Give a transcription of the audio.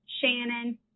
Shannon